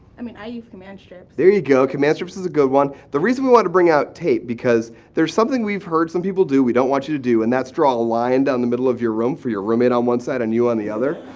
i mean i use command strips. there you go. command strips is a good one. the reason we want to bring out tape because there's something we've heard some people do we don't want you to do and that's draw a line down the middle of your room for your roommate on one side and you on the other.